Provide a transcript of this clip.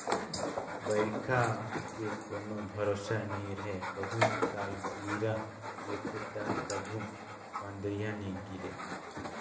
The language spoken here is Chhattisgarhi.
बइरखा के कोनो भरोसा नइ रहें, कभू सालगिरह गिरथे त कभू पंदरही नइ गिरे